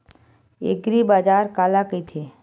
एग्रीबाजार काला कइथे?